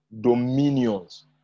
dominions